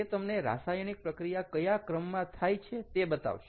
તે તમને રાસાયણિક પ્રક્રિયા કયા ક્રમમાં થાય છે તે બતાવશે